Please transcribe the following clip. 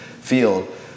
field